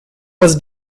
was